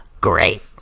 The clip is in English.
Great